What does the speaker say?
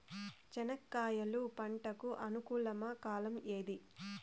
చెనక్కాయలు పంట కు అనుకూలమా కాలం ఏది?